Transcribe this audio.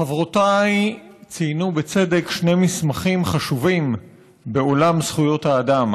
חברותיי ציינו בצדק שני מסמכים חשובים בעולם זכויות האדם: